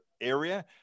area